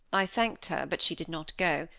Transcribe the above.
i thanked her, but she did not go.